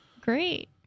Great